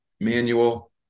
manual